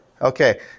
Okay